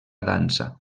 dansa